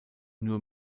nur